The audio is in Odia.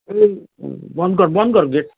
ଏଇ ବନ୍ଦ କର ବନ୍ଦ କର ଗେଟ୍